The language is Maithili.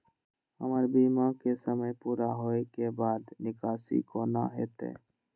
हमर बीमा के समय पुरा होय के बाद निकासी कोना हेतै?